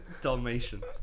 Dalmatians